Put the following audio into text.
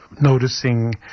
noticing